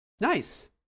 Nice